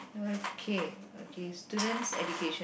okay okay student's education